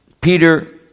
Peter